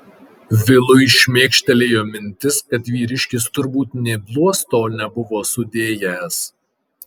vilui šmėkštelėjo mintis kad vyriškis turbūt nė bluosto nebuvo sudėjęs